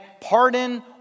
pardon